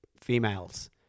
females